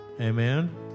Amen